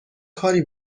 کاری